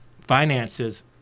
finances